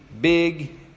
big